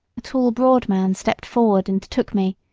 a tall, broad man stepped forward and took me,